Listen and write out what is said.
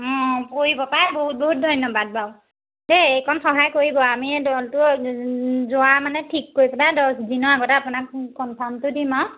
কৰিব পায় বহুত বহুত ধন্যবাদ বাৰু দেই এইকণ সহায় কৰিব আমি দলটো যোৱা মানে ঠিক কৰি পেলাই দহ দিনৰ আগতে আপোনাক কনফাৰ্মটো দিম আৰু